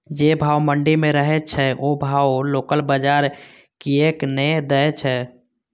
जे भाव मंडी में रहे छै ओ भाव लोकल बजार कीयेक ने दै छै?